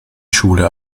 schule